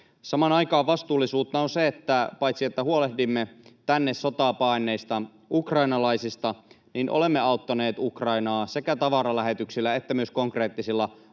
Samaan aikaan vastuullisuutta on se, että paitsi huolehdimme tänne sotaa paenneista ukrainalaisista olemme myös auttaneet Ukrainaa sekä tavaralähetyksillä että myös konkreettisilla